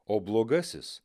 o blogasis